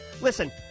listen